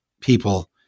people